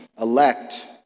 elect